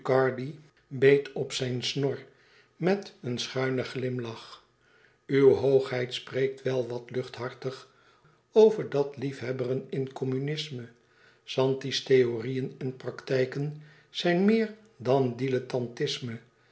beet op zijn snor met een schuinen glimlach uw hoogheid spreekt wel wat luchthartig over dat liefhebberen in communisme zanti's theorieën en praktijken zijn meer dan dilettantisme